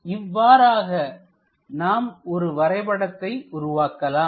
இவ்வாறாக நாம் ஒரு வரைபடத்தை உருவாக்கலாம்